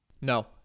No